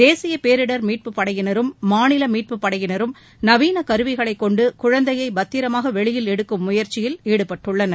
தேசிய பேரிடர் மீட்புப் படையினரும் மாநில மீட்புப்படையினரும் நவீன கருவிகளை கொண்டு குழந்தையை பத்திரமாக வெளியில் எடுக்கும் முயற்சியில் ஈடுபட்டுள்ளனர்